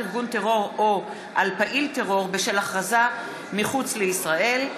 ארגון טרור או על פעיל טרור בשל הכרזה מחוץ לישראל),